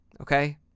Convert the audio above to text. Okay